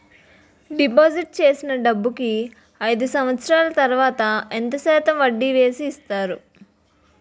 Deposit చేసిన డబ్బుకి అయిదు సంవత్సరాల తర్వాత ఎంత శాతం వడ్డీ వేసి ఇస్తారు?